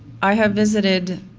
i have visited